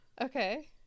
Okay